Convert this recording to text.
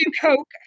coke